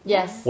Yes